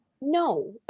no